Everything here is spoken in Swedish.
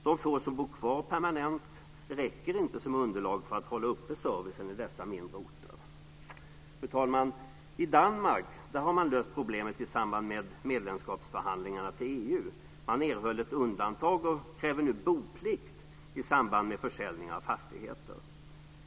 De få som bor kvar permanent räcker inte som underlag för att hålla uppe servicen i dessa mindre orter. Fru talman! I Danmark har man löst problemet i samband med medlemskapsförhandlingarna i fråga om EU. Man erhöll ett undantag och kräver nu boplikt i samband med försäljningar av fastigheter.